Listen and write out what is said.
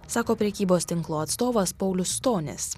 sako prekybos tinklo atstovas paulius stonis